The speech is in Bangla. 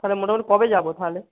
তাহলে মোটামুটি কবে যাবো তাহলে